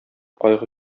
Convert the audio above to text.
кайгы